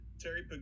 Terry